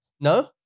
No